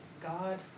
God